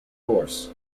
course